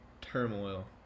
turmoil